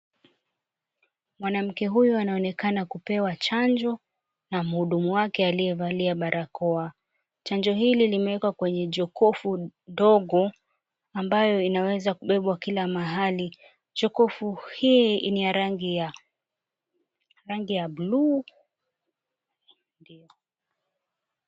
Mwanamke huyu anaonekana kupewa chanjo na mhudumu wake aliyevalia barakoa. Chanjo hili limewekwa kwenye jokofu dogo ambayo inaweza kubebwa kila mahali. Jokofu hii ni ya rangi ya bluu.